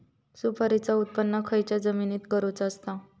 सुपारीचा उत्त्पन खयच्या जमिनीत करूचा असता?